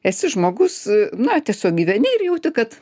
esi žmogus na tiesiog gyveni ir jauti kad